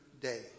day